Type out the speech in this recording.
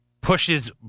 pushes